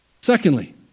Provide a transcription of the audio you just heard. Secondly